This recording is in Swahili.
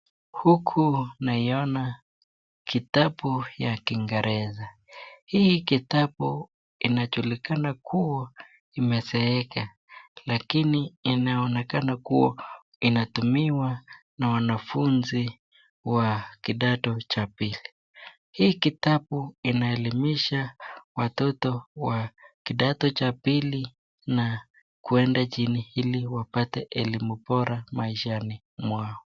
Huku naona kitabu ya kingeleza hii kitabu imezeeka inaonekana inatumiwa na wanafunzi wa kidato cha pili ili kupata elimu Bora maishani mwao